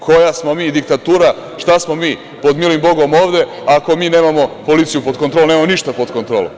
Koja smo mi diktatura, šta smo mi pod milim Bogom ovde ako mi nemamo policiju pod kontrolom, nemamo ništa pod kontrolom?